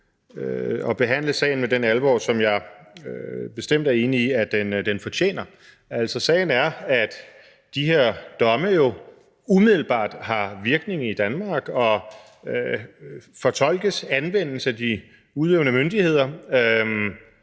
at behandle sagen med den alvor, som jeg bestemt er enig i at den fortjener. Sagen er, at de her domme jo umiddelbart har virkning i Danmark og fortolkes og anvendes af de udøvende myndigheder,